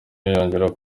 yongera